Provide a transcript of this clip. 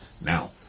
Now